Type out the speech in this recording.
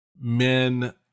men